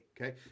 Okay